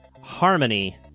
harmony